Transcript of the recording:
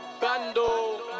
Bando